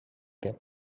them